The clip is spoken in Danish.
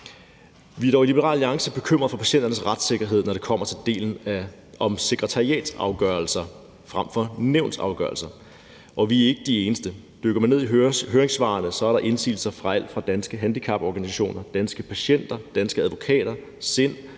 Vi er dog i Liberal Alliance bekymret for patienternes retssikkerhed, når det kommer til delen om sekretariatsafgørelser frem for nævnsafgørelser, og vi er ikke de eneste. Dykker man ned i høringssvarene, kan man se, at der er indsigelser fra alt fra Danske Handicaporganisationer, Danske Patienter, Danske Advokater, SIND,